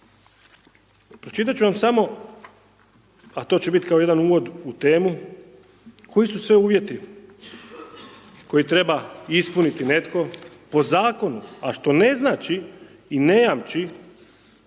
pročitati ću vam samo, a to će biti kao jedan uvod u temu, koji su sve uvjeti koji treba ispuniti netko po zakonu, a što ne znači i ne jamči